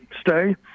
stay